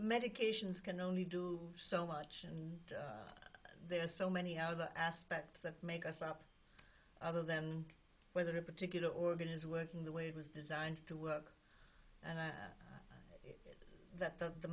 medications can only do so much and there are so many other aspects that make us stop other than whether a particular organ is working the way it was designed to work and that the the